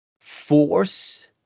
force